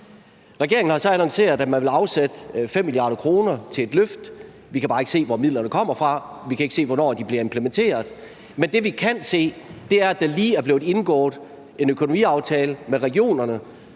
Regeringen har så annonceret, at man vil afsætte 5 mia. kr. til et løft, men vi kan bare ikke se, hvor midlerne kommer fra, og vi kan ikke se, hvornår det bliver implementeret. Men det, vi kan se, er, at der lige er blevet indgået en økonomiaftale med regionerne,